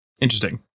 Interesting